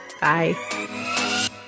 bye